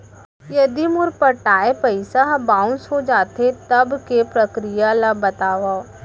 यदि मोर पटाय पइसा ह बाउंस हो जाथे, तब के प्रक्रिया ला बतावव